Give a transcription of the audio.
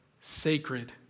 sacred